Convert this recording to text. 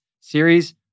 series